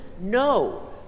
no